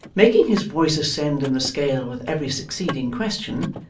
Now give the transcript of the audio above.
making his voice ascend in the scale with every succeeding question,